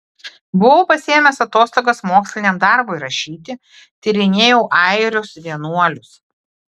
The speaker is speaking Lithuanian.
buvau pasiėmęs atostogas moksliniam darbui rašyti tyrinėjau airius vienuolius